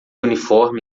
uniforme